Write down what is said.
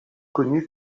connue